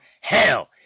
Hell